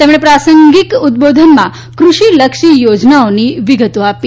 તેમણે પ્રાસંગિક ઉદબોધનમાં કૃષિ લક્ષી યોજનાઓની વિગતો આપી